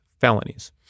felonies